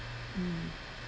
mm